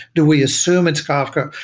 do we assume it's kafka,